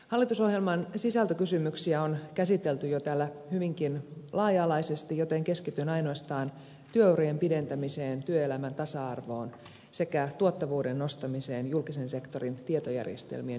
hallitusohjelman sisältökysymyksiä on käsitelty jo täällä hyvinkin laaja alaisesti joten keskityn ainoastaan työurien pidentämiseen työelämän tasa arvoon sekä tuottavuuden nostamiseen julkisen sektorin tietojärjestelmien yhteensovittamisen avulla